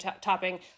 topping